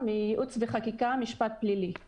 היא גם על 3(א) וגם על נסיבות מיוחדות כפי שהוגדרו בסעיף.